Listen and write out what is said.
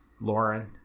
Lauren